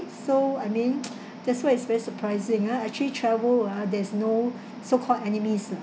so I mean that's why it's very surprising ah actually travel ah there's no so called enemies lah